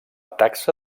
taxa